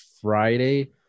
Friday